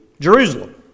Jerusalem